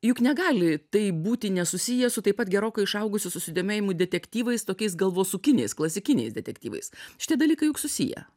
juk negali tai būti nesusiję su taip pat gerokai išaugusiu susidomėjimu detektyvais tokiais galvosūkiniais klasikiniais detektyvais šitie dalykai juk susiję